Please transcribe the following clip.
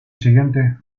siguiente